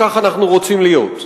כך אנחנו רוצים להיות.